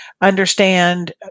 understand